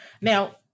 Now